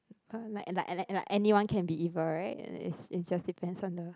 uh like like like anyone can be evil [right] is is just depends on the